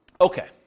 Okay